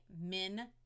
min